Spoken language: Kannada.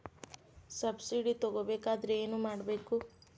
ಸಬ್ಸಿಡಿ ತಗೊಬೇಕಾದರೆ ಏನು ಮಾಡಬೇಕು?